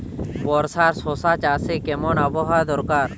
বর্ষার শশা চাষে কেমন আবহাওয়া দরকার?